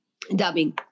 dubbing